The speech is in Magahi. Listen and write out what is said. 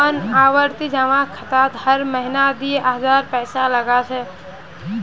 मोहन आवर्ती जमा खातात हर महीना दी हजार पैसा लगा छे